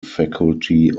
faculty